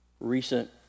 Recent